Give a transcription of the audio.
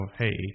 hey